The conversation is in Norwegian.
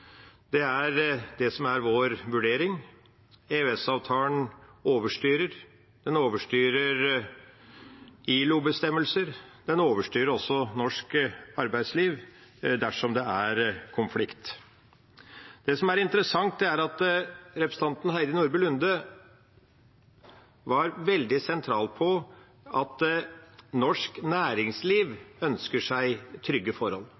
er at EØS-avtalen overstyrer. Den overstyrer ILO-bestemmelser. Den overstyrer også norsk arbeidsliv dersom det er konflikt. Det som er interessant, er at det for representanten Heidi Nordby Lunde var veldig sentralt at norsk næringsliv ønsker seg trygge forhold.